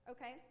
Okay